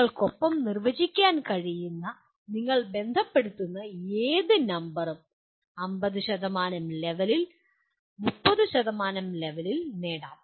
നിങ്ങൾക്കൊപ്പം നിർവചിക്കാൻ കഴിയുന്ന നിങ്ങൾ ബന്ധപ്പെടുത്തുന്ന ഏത് നമ്പറും 50 ലെവലിൽ 30 ലെവലിൽ നേടാം